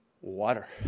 Water